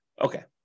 Okay